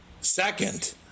Second